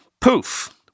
poof